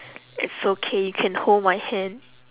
it's okay you can hold my hand